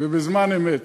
ובזמן אמת.